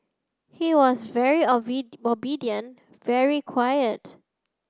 he was very obedient very quiet